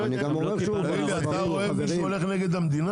אתה רואה מישהו הולך נגד המדינה?